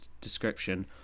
description